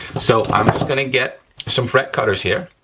so, i'm just gonna get some fret cutters here,